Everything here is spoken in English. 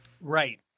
Right